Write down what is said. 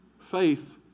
Faith